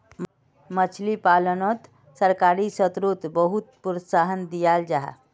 मछली पालानोत सरकारी स्त्रोत बहुत प्रोत्साहन दियाल जाहा